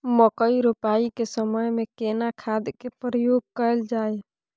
मकई रोपाई के समय में केना खाद के प्रयोग कैल जाय?